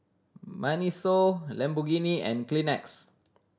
MINISO Lamborghini and Kleenex